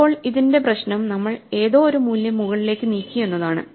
ഇപ്പോൾ ഇതിന്റെ പ്രശ്നം നമ്മൾ ഏതോ ഒരു മൂല്യം മുകളിലേക്ക് നീക്കി എന്നതാണ്